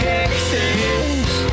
Texas